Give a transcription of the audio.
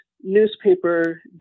newspaper